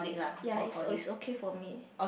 ya it's o~ its okay for me